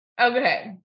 okay